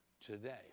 today